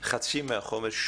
חצי מהחומר,